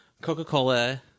coca-cola